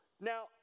Now